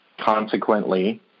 Consequently